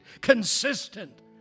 consistent